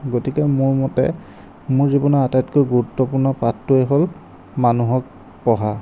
গতিকে মোৰ মতে মোৰ জীৱনৰ আটাইতকৈ গুৰুত্বপূৰ্ণ পাঠটোৱেই হ'ল মানুহক পঢ়া